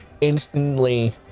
instantly